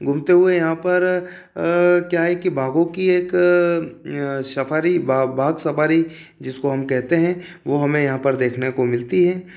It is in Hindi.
घूमते हुए यहाँ पर क्या है कि यहाँ बागों की एक सफारी बाग सफारी जिसको हम कहते हैं वो हमें यहाँ पर देखने को मिलती है